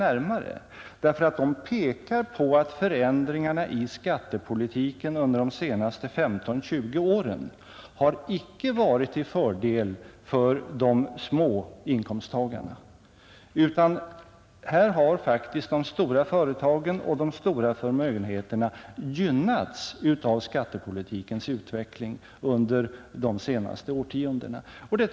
närmare, eftersom de pekar på att förändringarna i skattepolitiken under de senaste 15—20 åren inte har varit till fördel för de små inkomsttagarna. Här har i stället de stora företagen och de stora förmögenheterna gynnats av skattepolitikens utveckling under de senaste årtiondena.